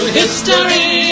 history